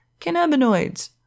cannabinoids